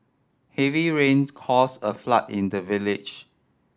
heavy rains caused a flood in the village